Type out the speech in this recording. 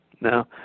Now